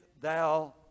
thou